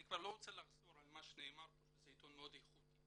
ואני לא רוצה לחזור על מה שנאמר כאן שהוא עיתון מאוד איכותי,